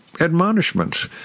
admonishments